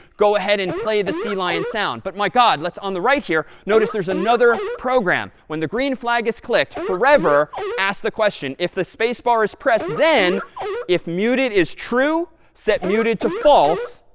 go ahead and play the sea lion sound. but my god, lets on the right here, notice there's another program. when the green flag is clicked, forever ask the question. if the spacebar is pressed, then if muted is true, set muted to false,